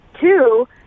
two